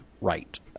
right